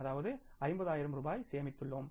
அதாவது 50 ஆயிரம் ரூபாய் சேமித்துள்ளோம்